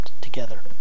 together